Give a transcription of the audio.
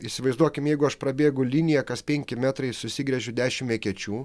įsivaizduokim jeigu aš prabėgu liniją kas penki metrai susigręžiu dešimt ekečių